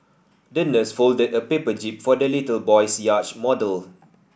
the nurse folded a paper jib for the little boy's yacht model